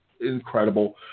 incredible